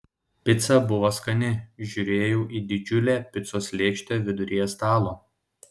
pica buvo skani žiūrėjau į didžiulę picos lėkštę viduryje stalo